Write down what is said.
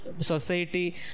society